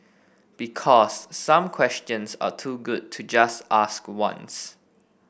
because some questions are too good to just ask once